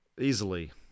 easily